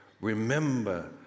Remember